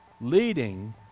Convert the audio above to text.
leading